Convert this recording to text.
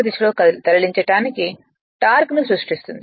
దిశలో తరలించడానికి టార్క్ను సృష్టిస్తుంది